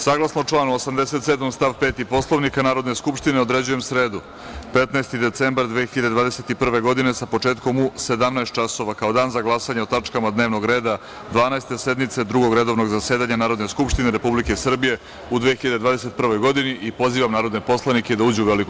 Saglasno članu 87. stav 5. Poslovnika Narodne skupštine određujem sredu 15. decembar 2021. godine sa početkom u 17.00 časova kao dan za glasanje o tačkama dnevnog reda Dvanaeste sednice Drugog redovnog zasedanja Narodne skupštine Republike Srbije u 2021. godini i pozivam narodne poslanike da uđu u veliku